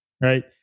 right